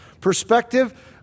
perspective